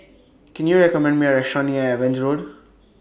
Can YOU recommend Me A Restaurant near Evans Road